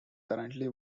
currently